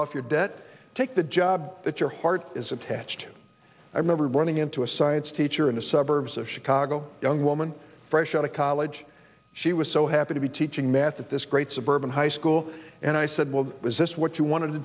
off your debt take the job that your heart is attached to i remembered running into a science teacher in the suburbs of chicago young woman fresh out of college she was so happy to be teaching math at this great suburban high school and i said well is this what you want to